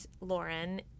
Lauren